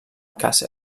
kassel